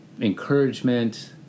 encouragement